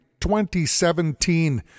2017